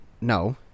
no